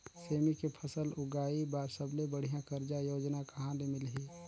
सेमी के फसल उगाई बार सबले बढ़िया कर्जा योजना कहा ले मिलही?